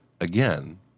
Again